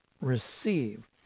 receive